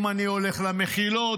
אם אני הולך למחילות,